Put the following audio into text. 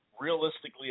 realistically